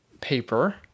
paper